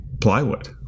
plywood